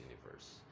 universe